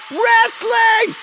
wrestling